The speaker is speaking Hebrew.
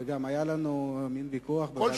וגם היה לנו מין ויכוח בוועדת הכנסת,